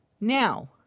now